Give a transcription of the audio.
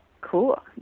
Cool